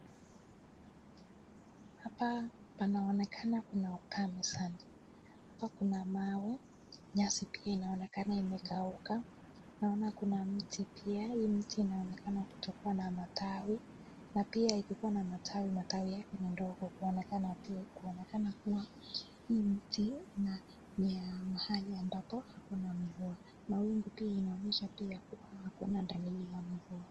Hapa panaonekana pana ukame sana. Hapa kuna mawe, nyasi pia inaonekana imekauka. Naona kuna mti pia. Hii mti inaonekana kutokua na matawi na pia ikiwa na matawi, matawi yake ni ndogo kuonekana kuwa mti hio ni ya mahali ambapo hakuna mvua. Mawingu pia inaonyesha hakuna dalili ya mvua.